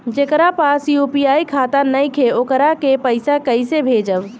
जेकरा पास यू.पी.आई खाता नाईखे वोकरा के पईसा कईसे भेजब?